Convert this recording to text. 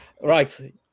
Right